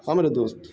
ہاں میرے دوست